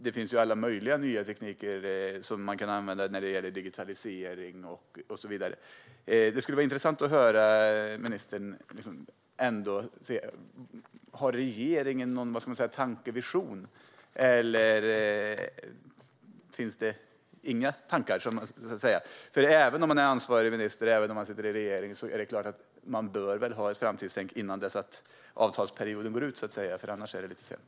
Det finns alla möjliga nya tekniker som man kan använda när det gäller digitalisering och så vidare. Det skulle vara intressant att höra från ministern om regeringen har någon tanke eller vision. Eller finns det inga tankar? Även om man är ansvarig minister och sitter i regering är det klart att man bör ha ett framtidstänk innan avtalsperioden går ut, för annars är det lite sent.